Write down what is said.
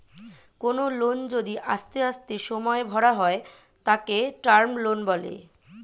কোনো লোন যদি আস্তে আস্তে সময়ে ভরা হয় তাকে টার্ম লোন বলে